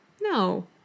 No